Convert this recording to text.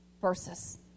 versus